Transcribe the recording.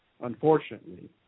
unfortunately